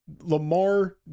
Lamar